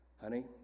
honey